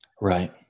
Right